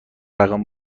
رقم